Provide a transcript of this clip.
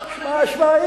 שמע,